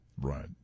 Right